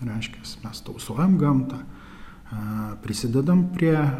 reiškiasi mes tausojame gamtą a prisidedame prie